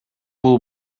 бул